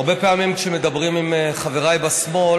הרבה פעמים כשמדברים עם חבריי בשמאל,